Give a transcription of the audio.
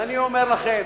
ואומר לכם,